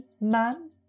man